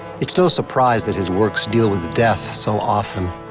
it's no surprise that his works deal with death so often.